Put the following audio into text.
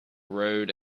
road